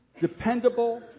dependable